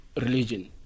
religion